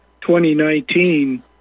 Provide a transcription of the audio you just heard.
2019